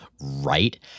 Right